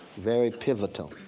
very pivotal,